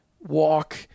walk